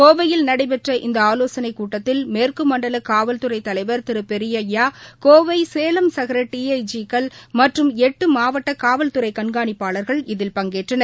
கோவையில் நடைபெற்ற இந்தஆலோசனைக் கூட்டத்தில் மேற்குமண்டலகாவல்துறைதலைவா் திருபெரியப்யா கோவை சேலம் சரக டி ஐ ஜி க்கள் மற்றும் எட்டுமாவட்டகாவல்துறைகண்காணிப்பாளர்கள் இதில் பங்கேற்றனர்